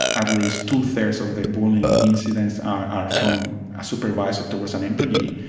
at least two-thirds of the bullying incidents are from a supervisor towards an employee,